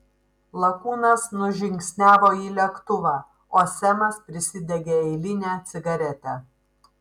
lakūnas nužingsniavo į lėktuvą o semas prisidegė eilinę cigaretę